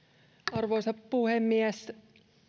arvoisa puhemies